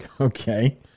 Okay